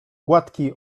gładki